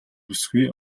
бүсгүй